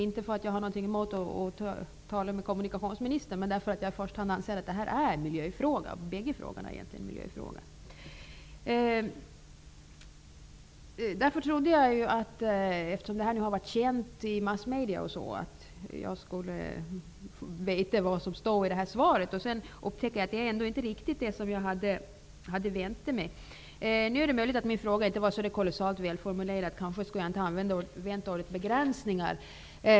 Inte för att jag har något emot att tala med kommunikationsministern, utan därför att jag anser att det jag tagit upp i första hand är miljöfrågor. Eftersom det har varit känt i massmedia, trodde jag att jag skulle veta vad som står i svaret. Sedan upptäckte jag att det ändå inte riktigt är det som jag hade väntat mig. Det är möjligt att min fråga inte var så kolossalt välformulerad. Kanske borde jag inte ha använt ordet begränsningar.